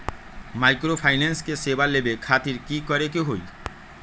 Microfinance के सेवा लेबे खातीर की करे के होई?